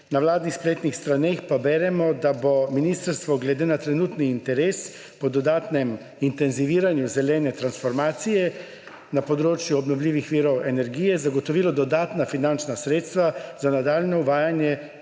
Na vladnih spletnih straneh pa beremo, da bo ministrstvo glede na trenutni interes po dodatnem intenziviranju zelene transformacije na področju obnovljivih virov energije zagotovilo dodatna finančna sredstva za nadaljnje uvajanje